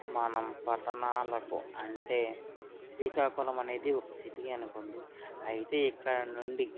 మనం పట్టణాలకు అంటే శ్రీకాకుళం అనేది ఒక సిటీ అనుకోండి అయితే ఇక్కడ నుండి